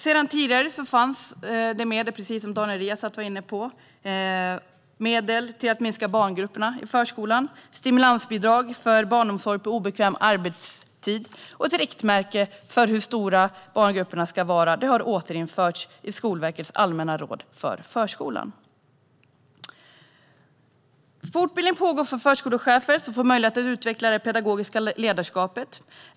Sedan tidigare finns det - precis som Daniel Riazat var inne på - medel avsatta för att minska barngrupperna i förskolan, stimulansbidrag för barnomsorg på obekväm arbetstid och ett riktmärke för hur stora barngrupperna bör vara har återinförts i Skolverkets allmänna råd för förskolan. Fortbildning pågår för förskolechefer, som får möjlighet att utveckla det pedagogiska ledarskapet.